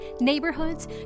neighborhoods